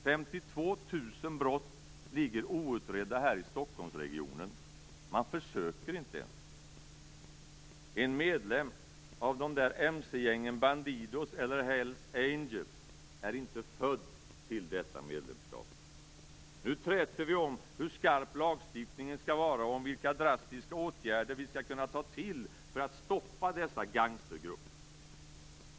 52 000 brott ligger outredda här i Stockholmsregionen. Man försöker inte ens. En medlem av de där mc-gängen, Bandidos eller Hells Angels, är inte född till detta medlemskap. Nu träter vi om hur skarp lagstiftningen skall vara och om vilka drastiska åtgärder vi skall kunna ta till för att stoppa dessa gangstergrupper.